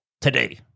Today